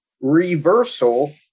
Reversal